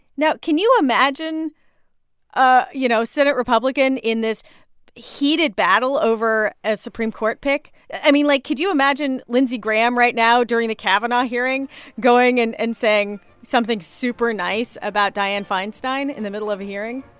now, can you imagine a, you know, senate republican in this heated battle over a supreme court pick? i mean, like, could you imagine lindsey graham right now during the kavanaugh hearing going and and saying something super nice about dianne feinstein in the middle of a hearing?